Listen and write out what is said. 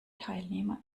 teilnehmer